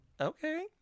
okay